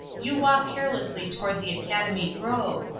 you walk carelessly toward the academy grove,